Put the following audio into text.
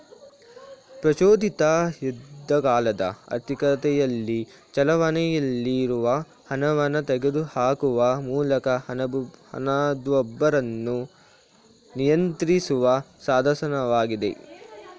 ಪ್ರಚೋದಿತ ಯುದ್ಧಕಾಲದ ಆರ್ಥಿಕತೆಯಲ್ಲಿ ಚಲಾವಣೆಯಲ್ಲಿರುವ ಹಣವನ್ನ ತೆಗೆದುಹಾಕುವ ಮೂಲಕ ಹಣದುಬ್ಬರವನ್ನ ನಿಯಂತ್ರಿಸುವ ಸಾಧನವಾಗಿದೆ